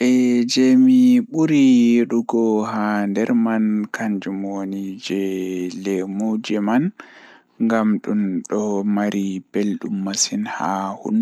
Ndabbawa jei mi meeɗi laarugo jei hilni am nden hulni am masin kannjum woni Baaba ladde Ko buggol baɗte ɗum e wi'a heɓɓe njamdi, Ɗum